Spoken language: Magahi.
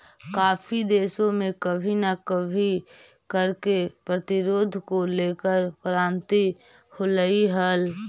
काफी देशों में कभी ना कभी कर के प्रतिरोध को लेकर क्रांति होलई हल